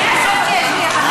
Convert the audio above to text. ואני חושבת שיש לי הבנה טובה.